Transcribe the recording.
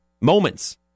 moments